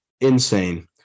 Insane